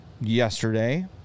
yesterday